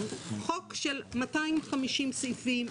חוק של 250 סעיפים,